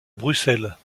bruxelles